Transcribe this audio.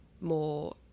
more